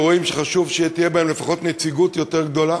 לאירועים שחשוב שתהיה בהם לפחות נציגות יותר גדולה.